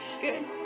Good